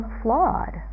flawed